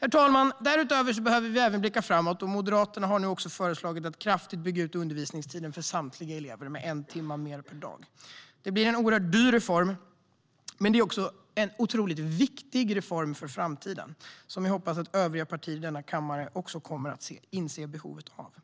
Herr talman! Vi behöver blicka framåt, och Moderaterna har föreslagit att undervisningstiden för samtliga elever ska byggas ut med en timme per dag. Det blir en dyr reform, men den är mycket viktig för framtiden. Jag hoppas att övriga partier i denna kammare också kommer att inse behovet av denna reform.